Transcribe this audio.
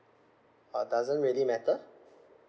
uh doesn't really matter